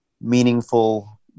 meaningful